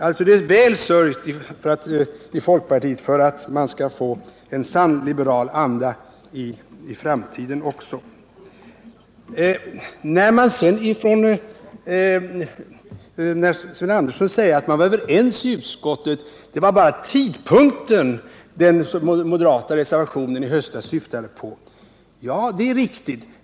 Det är alltså väl sörjt i folkpartiet för att man också i framtiden skall få en ”sann liberal anda”. Sven G. Andersson säger att man i höstas var överens i utskottet och att det bara var tidpunkten för ikraftträdandet som den moderata reservationen gick ut på. Ja, det är riktigt.